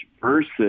versus